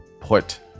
put